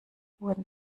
wurden